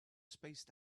spaced